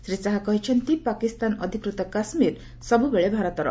ଶ୍ରୀ ଶାହା କହିଛନ୍ତି ପାକିସ୍ତାନ ଅଧିକୃତ କାଶ୍ମୀର ସବୁବେଳେ ଭାରତର